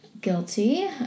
guilty